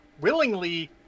Willingly